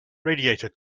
radiator